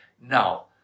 Now